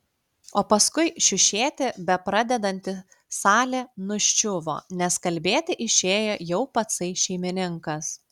o paskui šiušėti bepradedanti salė nuščiuvo nes kalbėti išėjo jau patsai šeimininkas